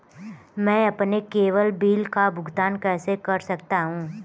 मैं अपने cable bill का भुगतान कैसे कर सकता हूँ?